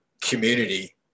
community